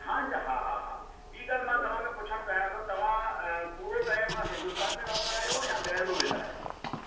हा जी हा हा हा ठीकु आहे मां तव्हांखां पुछण चाहियां थो तव्हां पूरो टाइम हिन्दुस्तान में रहंदा आहियो या ॿाहिरि बि वेंदा आहियो